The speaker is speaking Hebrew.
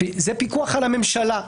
זה פיקוח על הממשלה.